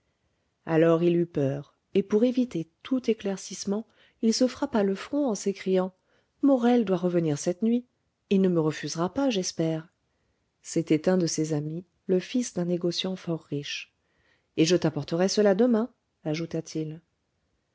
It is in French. alors il eut peur et pour éviter tout éclaircissement il se frappa le front en s'écriant morel doit revenir cette nuit il ne me refusera pas j'espère c'était un de ses amis le fils d'un négociant fort riche et je t'apporterai cela demain